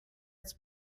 its